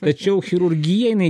tačiau chirurgija jinai